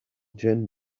gin